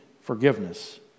forgiveness